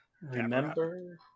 Remember